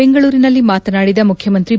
ಬೆಂಗಳೂರಿನಲ್ಲಿ ಮಾತನಾಡಿದ ಮುಖ್ಯಮಂತ್ರಿ ಬಿ